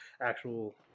actual